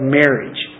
marriage